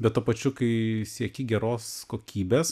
bet tuo pačiu kai sieki geros kokybės